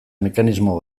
mekanismo